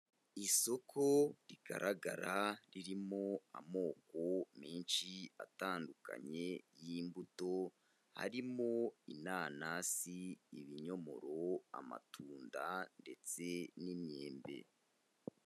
Isoko rigaragara ririmo amoko menshi atandukanye y'imbuto harimo inanasi, ibinyomoro, amatunda ndetse n'imyembe.